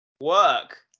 work